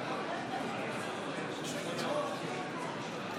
להלן תוצאות ההצבעה: 58 בעד,